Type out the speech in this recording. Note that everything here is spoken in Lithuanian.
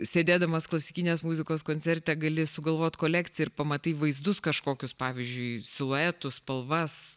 sėdėdamas klasikinės muzikos koncerte gali sugalvot kolekciją ir pamatai vaizdus kažkokius pavyzdžiui siluetus spalvas